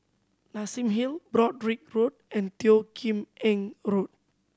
Nassim Hill Broadrick Road and Teo Kim Eng Road